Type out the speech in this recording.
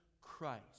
Christ